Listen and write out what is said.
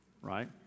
right